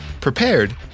prepared